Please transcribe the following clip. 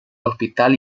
hospital